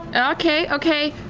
okay, okay.